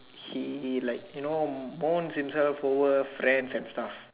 he like you know mourns in her forward friends and stuff